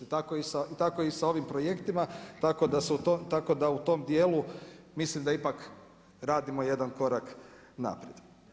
Tako i sa ovim projektima, tako da u tom dijelu, mislim da ipak radimo jedna korak naprijed.